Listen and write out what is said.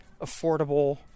affordable